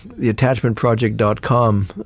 theattachmentproject.com